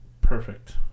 perfect